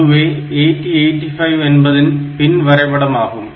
இதுவே 8085 என்பதன் பின் வரைபடம் ஆகும்